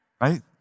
right